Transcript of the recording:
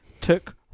took